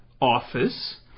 office